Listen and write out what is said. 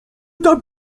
tak